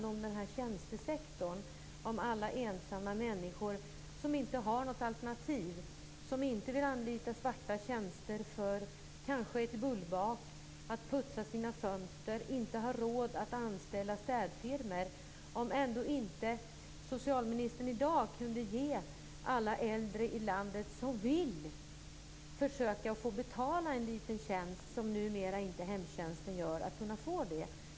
Det gäller det här med tjänstesektorn och alla ensamma människor som inte har något alternativ. De vill kanske inte anlita svarta tjänster för ett bullbak eller för att putsa sina fönster. De har kanske inte råd att anställa städfirmor. Då undrar jag om ändå inte socialministern i dag skulle kunna tala om för alla äldre i landet som skulle vilja betala för en liten tjänst som numera inte hemtjänsten utför att de får det.